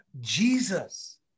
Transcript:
Jesus